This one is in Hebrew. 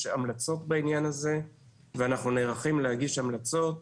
המלצות בעניין הזה ואנחנו נערכים להגיש המלצות